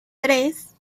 tres